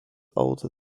older